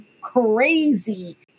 crazy